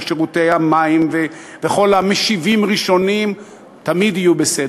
ושירותי המים וכל המשיבים ראשונים תמיד יהיו בסדר.